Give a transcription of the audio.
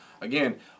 again